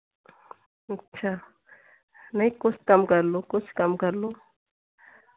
अच्छा नहीं कुछ कम कर लो कुछ कम कर लो